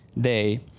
day